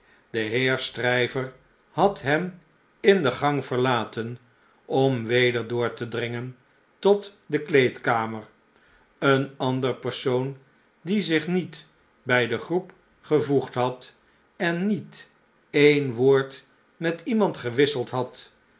de heer stryver had hen in de gang verlaten om we'der door te dringen tot de kleedkamer een ander persoon die zich niet bij de groep gevoegd had en niet een woord met iemand gewisseld had